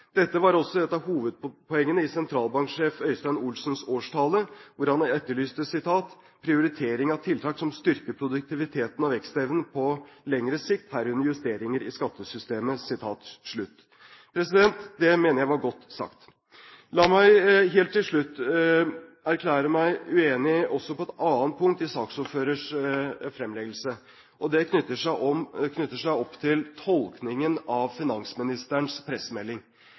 Dette var også et av hovedpoengene i sentralbanksjef Øystein Olsens årstale hvor han etterlyste: «Prioritering av tiltak som styrker produktiviteten og vekstevnen på lengre sikt, herunder justeringer i skattesystemet Det mener jeg var godt sagt. La meg helt til slutt erklære meg uenig også på et annet punkt i saksordførerens fremleggelse. Det er knyttet til tolkningen av finansministerens pressemelding.